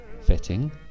Fitting